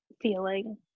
feeling